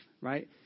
right